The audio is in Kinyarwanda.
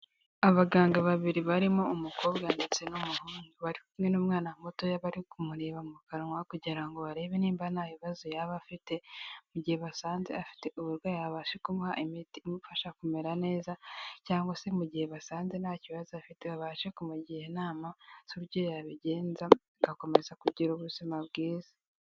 Abaganga babiri barimo umukobwa ndetse n'umuhungu, bari kumwe n'umwana mutoya bari kumureba mu kanwa kugira ngo barebe niba ntakibazo yaba afite, mu gihe basanze afite uburwayi babashe kumuha imiti imufasha kumera neza cyangwa se mu gihe basanze nta kibazo afite, babashe kumugira inama z'uburyo yabigenza agakomeza kugira ubuzima bwiza.